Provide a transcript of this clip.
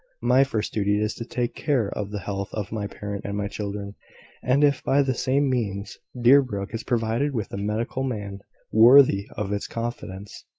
my first duty is to take care of the health of my parent and my children and if, by the same means, deerbrook is provided with a medical man worthy of its confidence,